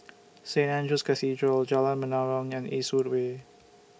Saint Andrew's Cathedral Jalan Menarong and Eastwood Way